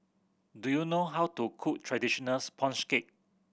do you know how to cook traditional sponge cake